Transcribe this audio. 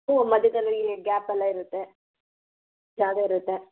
ಹ್ಞೂ ಮಧ್ಯದಲ್ಲಿ ಗ್ಯಾಪೆಲ್ಲ ಇರುತ್ತೆ ಜಾಗ ಇರುತ್ತೆ